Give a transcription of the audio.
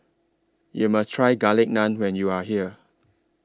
YOU must Try Garlic Naan when YOU Are here